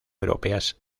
europeas